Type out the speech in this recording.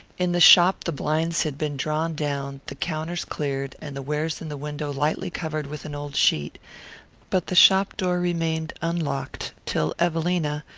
in the shop the blinds had been drawn down, the counters cleared and the wares in the window lightly covered with an old sheet but the shop-door remained unlocked till evelina,